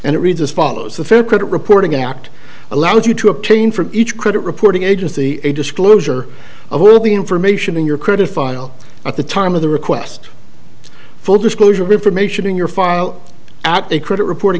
and it reads as follows the fair credit reporting act allows you to obtain from each credit reporting agency a disclosure of all of the information in your credit file at the time of the request full disclosure of information in your file out a credit reporting